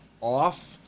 off